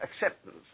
acceptance